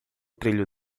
trilho